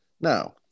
Now